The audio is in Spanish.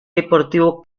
deportivo